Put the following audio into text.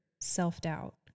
self-doubt